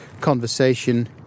conversation